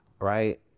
Right